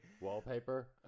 Wallpaper